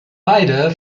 beide